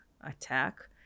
attack